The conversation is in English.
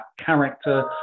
character